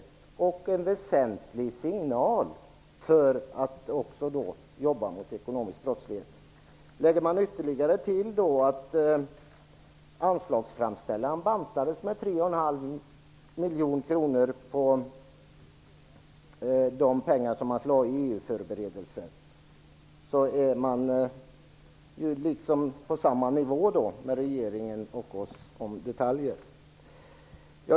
Det är också en väsentlig signal till Tullen att jobba mot ekonomisk brottslighet. Lägger man ytterligare till att anslagsframställan bantades med 3,5 miljoner på de pengar som skulle användas för EU-förberedelser, så är regeringen och vi på samma nivå i fråga om detaljer.